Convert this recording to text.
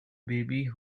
baby